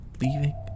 leaving